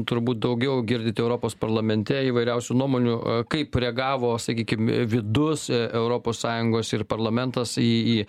turbūt daugiau girdit europos parlamente įvairiausių nuomonių kaip reagavo sakykim vidus europos sąjungos ir parlamentas į į